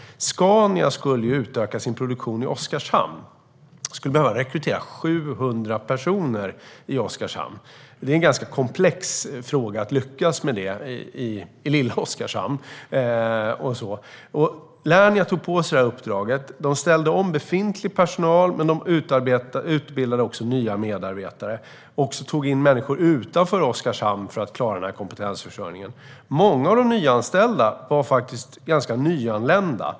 Scania skulle utöka sin produktion i Oskarshamn. De behövde rekrytera 700 personer, och det är en ganska komplex fråga att lyckas med det i lilla Oskarshamn. Lernia tog på sig uppdraget. De ställde om befintlig personal men utbildade också nya medarbetare. De tog in människor från andra platser än Oskarshamn för att klara kompetensförsörjningen. Många av de nyanställda var ganska nyanlända.